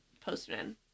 postman